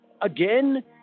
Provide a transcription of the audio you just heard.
Again